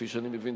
כפי שאני מבין,